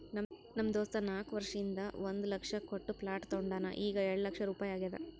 ನಮ್ ದೋಸ್ತ ನಾಕ್ ವರ್ಷ ಹಿಂದ್ ಒಂದ್ ಲಕ್ಷ ಕೊಟ್ಟ ಪ್ಲಾಟ್ ತೊಂಡಾನ ಈಗ್ಎರೆಡ್ ಲಕ್ಷ ರುಪಾಯಿ ಆಗ್ಯಾದ್